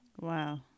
Wow